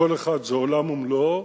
כל אחד זה עולם ומלואו,